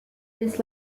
this